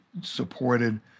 supported